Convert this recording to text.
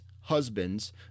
husbands